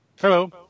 Hello